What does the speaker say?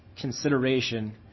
consideration